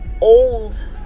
old